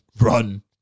Run